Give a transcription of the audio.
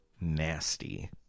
nasty